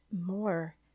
more